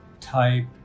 type